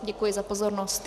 Děkuji za pozornost.